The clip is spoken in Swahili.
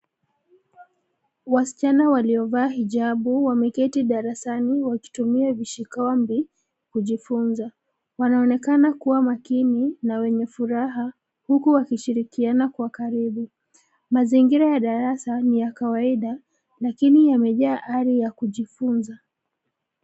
Wasichana waliovaa hijabu wameketi darasani wakitumia vishikombi, kujifunza. Wanaonekana kuwa makini na wenye furaha, huku wakishirikiana kwa karibu. Mazingira ya darasa ni ya kawaida, lakini yamejaa ari ya kujifunza.